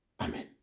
Amen